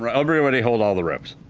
ah everybody hold all the ropes.